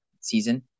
season